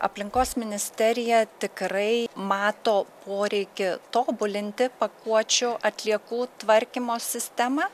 aplinkos ministerija tikrai mato poreikį tobulinti pakuočių atliekų tvarkymo sistemą